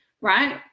right